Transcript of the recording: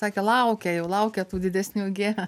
sakė laukia jau laukia tų didesnių gie